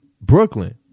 Brooklyn